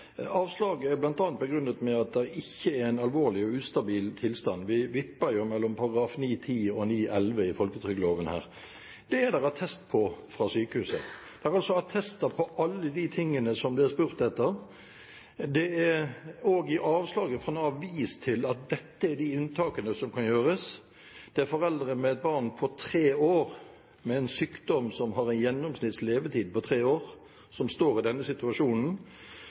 Avslaget er bl.a. begrunnet med at det ikke er en alvorlig og ustabil tilstand. Vi vipper mellom § 9-10 og § 9-11 i folketrygdloven. Dette er det attest på fra sykehuset. Det er også attester på alt det blir spurt etter. Det er også i avslaget fra Nav vist til at dette er de unntakene som kan gjøres. Det er foreldre med et barn på tre år, med en sykdom som gir en gjennomsnitts levetid på tre år, som står i denne situasjonen.